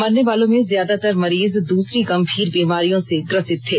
मरने वालों में ज्यादातर मरीज दूसरी गंभीर बीमारियों से ग्रसित थे